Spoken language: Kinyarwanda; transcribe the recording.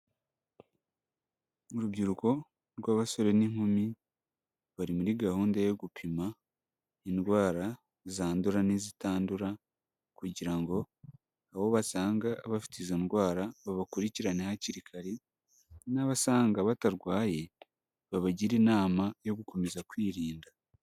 Urubyiruko rw'abasore n'inkumi, bari muri gahunda yo gupima indwara zandura n'izitandura kugira ngo abo basanga bafite izo ndwara, babakurikirane hakiri kare n'abasanga batarwaye, babagire inama yo gukomeza kwirinda.